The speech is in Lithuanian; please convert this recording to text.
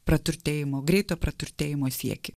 praturtėjimo greito praturtėjimo siekį